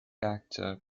actor